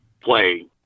play